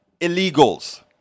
illegals